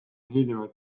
hiljemalt